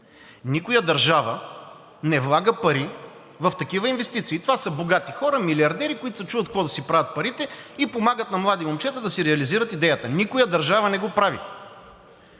Никоя държава не влага пари в такива инвестиции. Това са богати хора – милиардери, които се чудят какво да си правят парите и помагат на млади момчета, за да си реализират идеята. Никоя държава не го прави,